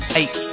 eight